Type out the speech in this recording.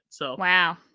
Wow